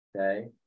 Okay